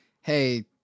hey